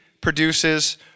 produces